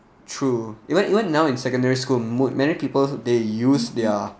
true even even now in secondary school mood many people they use their